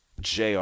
JR